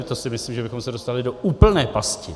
To si myslím, že bychom se dostali do úplné pasti.